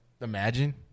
imagine